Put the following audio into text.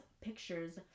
pictures